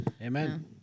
Amen